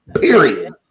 period